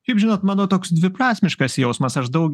šiaip žinot mano toks dviprasmiškas jausmas aš daug